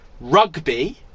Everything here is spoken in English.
rugby